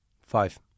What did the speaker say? Five